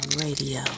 radio